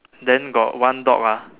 then got one dog ah